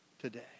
today